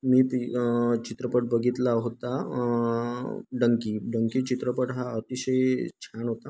मी ती चित्रपट बघितला होता डंकी डंकी चित्रपट हा अतिशय छान होता